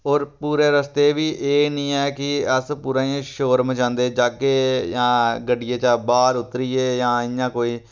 होर पूरे रस्ते बी एह् नी ऐ कि अस पूरा इ'यां शोर मचांदे जाह्गे जां गड्डियै चा बाह्र उतरियै जां इ'यां कोई